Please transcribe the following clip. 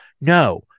No